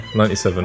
97